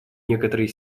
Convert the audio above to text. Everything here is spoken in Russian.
некоторой